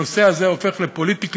הנושא הזה הופך לפוליטיקלי-קורקט,